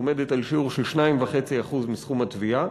היא בשיעור 2.5% מסכום התביעה.